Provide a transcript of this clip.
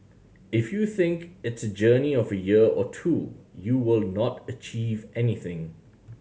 if you think it's journey of year or two you will not achieve anything